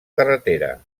carretera